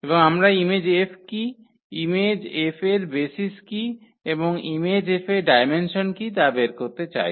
এবং আমরা ইমেজ 𝐹 কি ইমেজ 𝐹 এর বেসিস কী এবং ইমেজ 𝐹 এর ডায়মেনসন কী তা বের করতে চাই